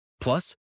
Plus